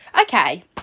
Okay